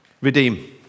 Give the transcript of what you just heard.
redeem